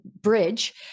bridge